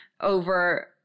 over